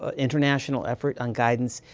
ah international effort on guidance.